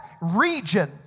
region